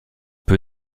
peu